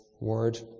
word